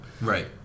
Right